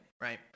Right